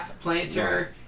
planter